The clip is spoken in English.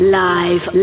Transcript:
live